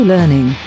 Learning